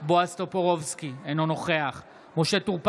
בועז טופורובסקי, אינו נוכח משה טור פז,